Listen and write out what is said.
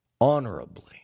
honorably